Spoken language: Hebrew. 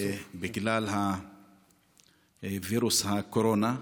בגלל וירוס קורונה.